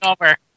over